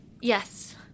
Yes